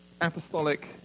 apostolic